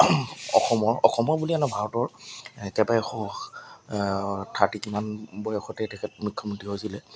অসমৰ অসমৰ বুলিয়ে নহয় ভাৰতৰ একেবাৰে শ থাৰ্টি কিমান বয়সতে তেখেত মুখ্যমন্ত্ৰী হৈছিলে